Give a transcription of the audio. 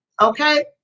Okay